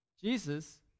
Jesus